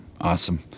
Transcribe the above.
Awesome